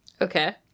okay